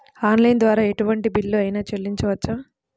Online ద్వారా ఎటువంటి bill అయినా చెల్లించవచ్చా?